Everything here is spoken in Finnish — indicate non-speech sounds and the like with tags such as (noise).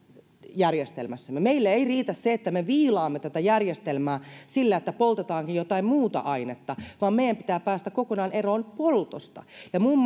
energiajärjestelmässämme meille ei riitä se että me viilaamme tätä järjestelmää sillä että poltetaankin jotain muuta ainetta vaan meidän pitää päästä kokonaan eroon poltosta ja muun (unintelligible)